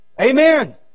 Amen